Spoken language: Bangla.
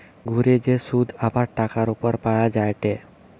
ঘুরে যে শুধ আবার টাকার উপর পাওয়া যায়টে